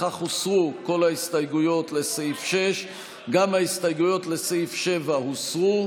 בכך הוסרו כל ההסתייגויות לסעיף 6. גם ההסתייגויות לסעיף 7 הוסרו.